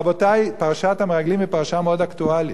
רבותי, פרשת המרגלים היא פרשה מאוד אקטואלית,